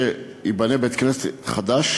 שייבנה בית-כנסת חדש